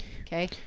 Okay